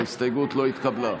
ההסתייגות לא התקבלה.